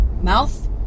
mouth